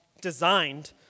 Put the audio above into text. designed